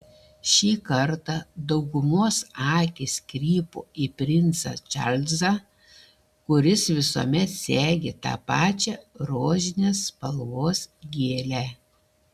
šį kartą daugumos akys krypo į princą čarlzą kuris visuomet segi tą pačią rožinės spalvos gėlę